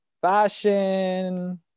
fashion